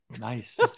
Nice